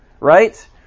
right